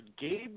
Gabe